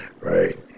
Right